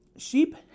Sheep